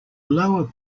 lower